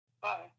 Bye